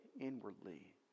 inwardly